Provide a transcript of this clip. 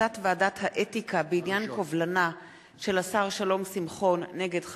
החלטת ועדת האתיקה בעניין קובלנה של השר שלום שמחון נגד